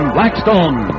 Blackstone